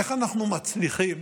איך אנחנו מצליחים